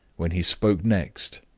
when he spoke next,